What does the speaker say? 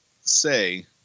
say